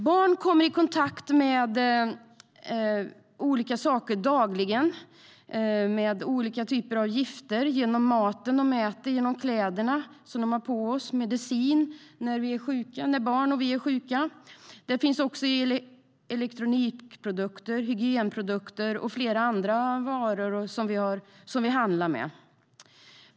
Barn kommer dagligen i kontakt med olika typer av gifter, genom maten de äter, genom kläderna de har på sig eller genom medicin när barn och vuxna är sjuka. Det finns också i elektronikprodukter, hygienprodukter och flera andra varor som vi handlar med.